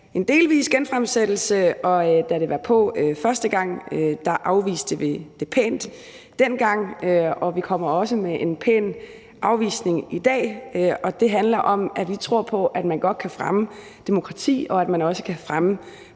en delvis genfremsættelse, og da det var på første gang, afviste vi det pænt. Og vi kommer også med en pæn afvisning i dag. Det handler om, at vi tror på, at man godt kan fremme demokrati, og at man også kan fremme